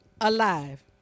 alive